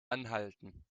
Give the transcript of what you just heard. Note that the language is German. anhalten